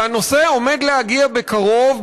והנושא עומד להגיע בקרוב,